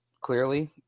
clearly